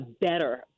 better